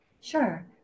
Sure